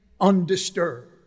undisturbed